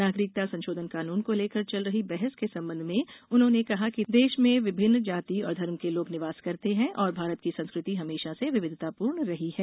नागरिकता संशोधन कानून को लेकर चल रही बहस के संबंध में उन्होंने कहा कि देश के विभिन्न जाति और धर्म के लोग निवास करते हैं और भारत की संस्कृति हमेशा से विविधतापूर्ण रही है